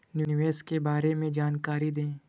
निवेश के बारे में जानकारी दें?